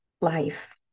life